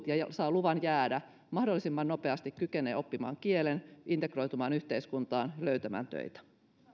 ja ja saa luvan jäädä mahdollisimman nopeasti kykenee oppimaan kielen integroitumaan yhteiskuntaan ja löytämään töitä